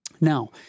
Now